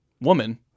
woman